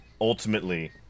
Ultimately